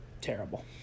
terrible